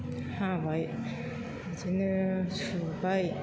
हाबाय बिदिनो सुबाय